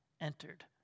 entered